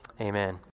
Amen